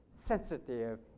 sensitive